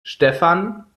stefan